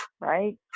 right